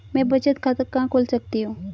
मैं बचत खाता कहां खोल सकती हूँ?